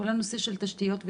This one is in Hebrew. כל הנושא של תשתיות,